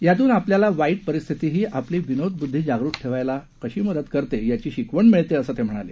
यातून आपल्याला वाईट परिस्थितीही आपली विनोदबुद्धी जागृत ठेवायला हवी अशी शिकवण मिळते असं ते म्हणाले